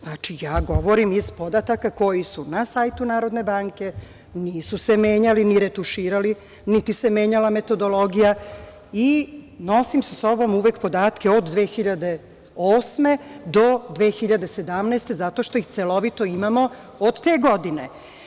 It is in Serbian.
Znači, ja govorim iz podataka koji su na sajtu Narodne banke, nisu se menjali ni retuširali, niti se menjala metodologija i nosim sa sobom uvek podatke od 2008. do 2017. godine zato što ih celovito imamo od te godine.